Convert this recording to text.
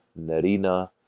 Narina